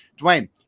dwayne